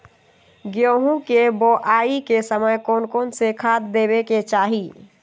गेंहू के बोआई के समय कौन कौन से खाद देवे के चाही?